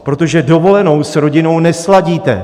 Protože dovolenou s rodinou nesladíte.